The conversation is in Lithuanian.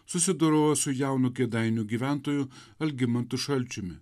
susidorojo su jaunu kėdainių gyventoju algimantu šalčiumi